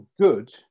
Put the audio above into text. good